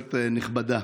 כנסת נכבדה,